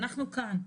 אנחנו כאן,